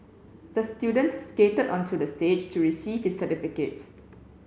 the student skated onto the stage to receive his certificate